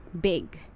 big